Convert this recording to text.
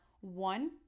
one